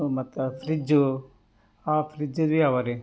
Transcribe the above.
ಮತ್ತು fridge fridge ಭಿ ಅವರಿ